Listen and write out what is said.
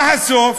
מה הסוף?